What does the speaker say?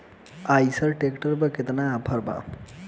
अइसन ट्रैक्टर पर केतना ऑफर बा?